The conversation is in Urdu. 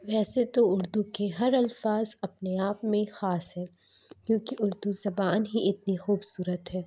ویسے تو اُردو کے ہر الفاظ اپنے آپ میں خاص ہیں کیوں کہ اُردو زبان ہی اتنی خوبصورت ہے